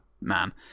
man